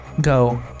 go